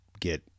get